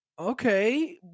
okay